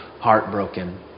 heartbroken